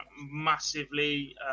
massively